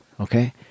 Okay